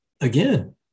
again